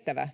Heinonen: